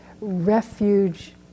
refuge